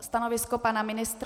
Stanovisko pana ministra?